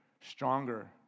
stronger